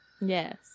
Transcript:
Yes